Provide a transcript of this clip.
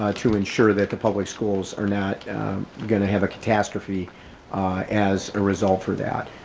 ah to ensure that the public schools are not gonna have a catastrophe as a result for that,